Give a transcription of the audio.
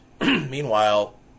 Meanwhile